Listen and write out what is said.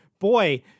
boy